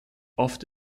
oft